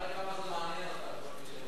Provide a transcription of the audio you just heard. זה מראה כמה שזה מעניין אותם.